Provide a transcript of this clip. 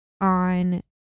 on